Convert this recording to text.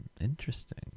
Interesting